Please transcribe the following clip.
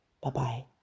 Bye-bye